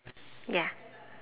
ya